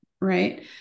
right